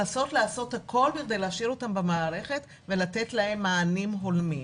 לנסות לעשות הכול כדי להשאיר אותם במערכת ולתת להם מענים הולמים.